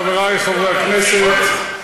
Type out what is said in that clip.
חברי חברי הכנסת,